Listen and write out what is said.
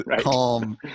calm